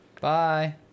Bye